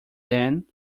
then